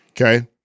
Okay